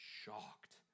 shocked